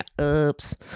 Oops